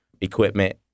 equipment